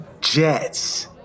Jets